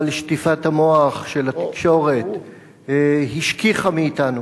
אבל שטיפת המוח של התקשורת השכיחה מאתנו